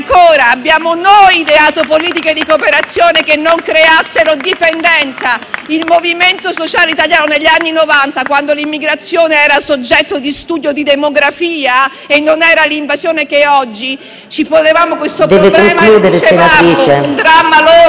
abbiamo noi ideato politiche di cooperazione che non creassero dipendenza. Il Movimento Sociale Italiano negli anni Novanta, quando l'immigrazione era soggetto di studio di demografia e non era l'invasione che è oggi, si poneva questo problema e lo consideravamo un dramma loro